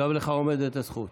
גם לך עומדת הזכות.